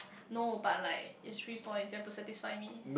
no but like it's three points you have to satisfy me